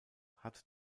hat